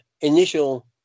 initial